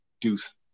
Deuce